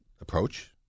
approach